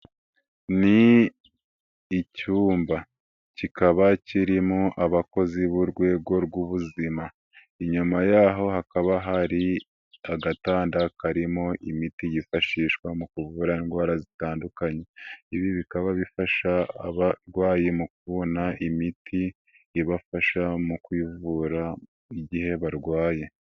Ni icyumba, kikaba kirimo abakozi b'urwego rw'ubuzima. Inyuma yaho hakaba hari agatanda karimo imiti yifashishwa mu kuvura indwara zitandukanye ,ibi bikaba bifasha abarwayi mu kubona imiti ibafasha mu kwivura igihe barwaye.